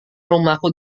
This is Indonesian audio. rumahku